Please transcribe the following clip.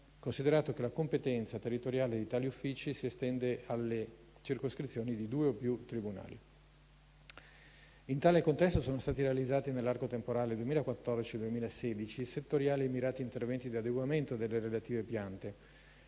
considerato che la competenza territoriale di tali uffici si estende alle circoscrizioni di due o più tribunali. In tale contesto, sono stati realizzati nell'arco temporale 2014-2016 settoriali e mirati interventi di adeguamento delle relative piante: